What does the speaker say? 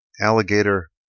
alligator